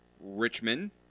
Richmond